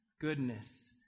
goodness